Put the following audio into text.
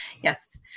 Yes